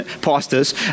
pastors